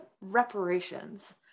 reparations